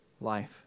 life